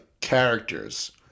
characters